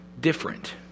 different